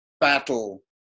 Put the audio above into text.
battle